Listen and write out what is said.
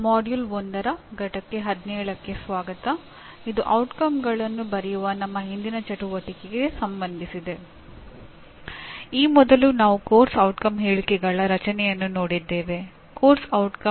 ಮೊದಲ ಘಟಕದಲ್ಲಿ ನಮಗೆ ಏನು ಸ್ಪಷ್ಟವಾಗಿದೆ ಎಂದರೆ ಯಾವುದೇ ಕಾರ್ಯಕ್ರಮವನ್ನು ನೀಡುವ ಕಾಲೇಜು ಅಥವಾ ಇಲಾಖೆಯು ತನ್ನ ಕಾರ್ಯಕ್ರಮಗಳನ್ನು ನಿಗದಿತ ಪರಿಣಾಮಗಳನ್ನು ಪೂರೈಸಲು ಅನುಕೂಲವಾಗುವಂತೆ ವಿನ್ಯಾಸಗೊಳಿಸಬೇಕು ಮತ್ತು ನಡೆಸಬೇಕು